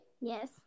Yes